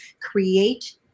create